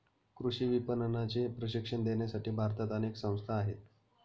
कृषी विपणनाचे प्रशिक्षण देण्यासाठी भारतात अनेक संस्था आहेत